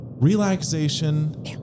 relaxation